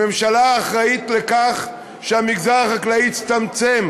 הממשלה אחראית לכך שהמגזר החקלאי הצטמצם,